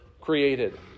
created